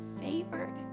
favored